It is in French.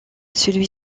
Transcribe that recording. celui